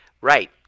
Right